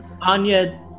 Anya